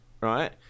Right